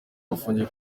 bafungiye